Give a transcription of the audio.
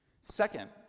Second